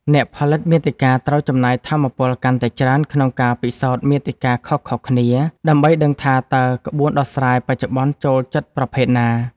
អ្នកផលិតមាតិកាត្រូវចំណាយថាមពលកាន់តែច្រើនក្នុងការពិសោធន៍មាតិកាខុសៗគ្នា ដើម្បីដឹងថាតើក្បួនដោះស្រាយបច្ចុប្បន្នចូលចិត្តប្រភេទណា។